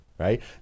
right